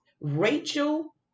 Rachel